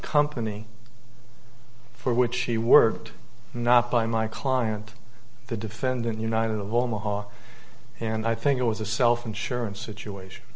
company for which she worked not by my client the defendant united of omaha and i think it was a self insurance situation